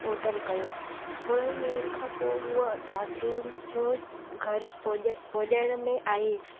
order कयो थोरे ॾींहनि खां पोइ उहे चादरुनि जो घर पुॼाइण में आई